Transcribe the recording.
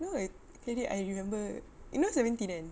you know what keledek I remember you know seventeen kan